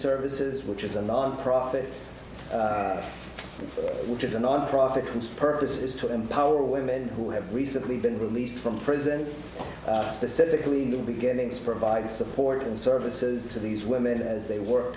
services which is a nonprofit which is a nonprofit whose purpose is to empower women who have recently been released from prison specifically the beginnings provide support and services to these women as they work